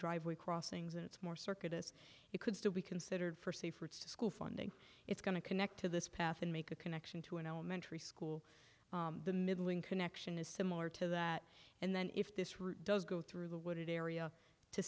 driveway crossings it's more circuit as it could still be considered for safe routes to school funding it's going to connect to this path and make a connection to an elementary school the middling connection is similar to that and then if this route does go through the wooded area to